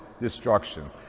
destruction